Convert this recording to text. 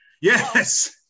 Yes